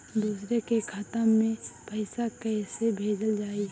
दूसरे के खाता में पइसा केइसे भेजल जाइ?